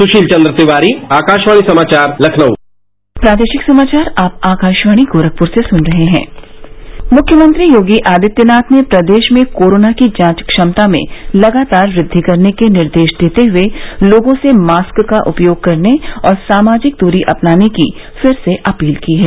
सुशील चंद्र तिवारी आकाशवाणी समाचार लखनऊ मुख्यमंत्री योगी आदित्यनाथ ने प्रदेश में कोरोना की जांच क्षमता में लगातार वृद्वि करने के निर्देश देते हुए लोगों से मास्क का उपयोग करने और सामाजिक दूरी अपनाने की फिर से अपील की है